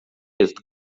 jest